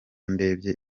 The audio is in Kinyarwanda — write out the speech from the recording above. ndebye